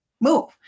move